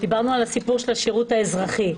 דיברנו על הסיפור של השירות האזרחי.